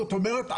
זאת אומרת,